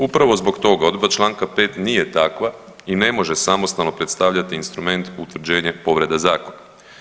Upravo zbog toga odredba Članka 5. nije takva i ne može samostalno predstavljati instrument utvrđenja povrede zakona.